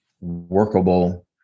workable